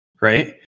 right